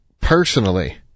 personally